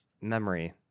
memory